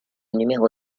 numéro